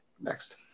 Next